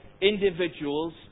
individuals